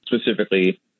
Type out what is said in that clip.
specifically